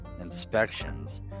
inspections